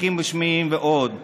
מסמכים רשמיים ועוד.